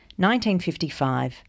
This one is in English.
1955